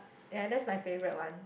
ya that's my favourite one